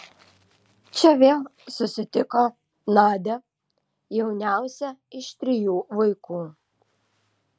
čia vėl susitiko nadią jauniausią iš trijų vaikų